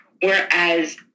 whereas